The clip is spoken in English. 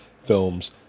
films